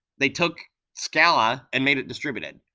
they took skala and made it distributed.